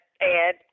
Ed